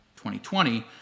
2020